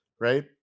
right